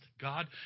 God